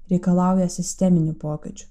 reikalauja sisteminių pokyčių